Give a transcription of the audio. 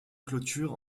clôture